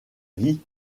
vie